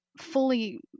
fully